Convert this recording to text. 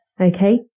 Okay